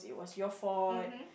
your fault